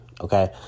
okay